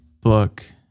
book